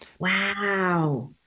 Wow